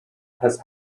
has